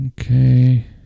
okay